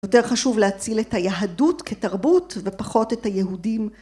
יותר חשוב להציל את היהדות כתרבות ופחות את היהודים